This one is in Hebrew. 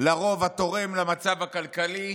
לרוב התורם למצב הכלכלה,